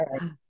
right